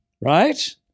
Right